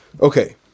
Okay